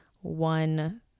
one